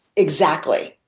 exactly.